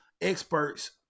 experts